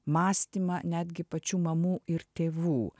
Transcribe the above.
mąstymą netgi pačių mamų ir tėvų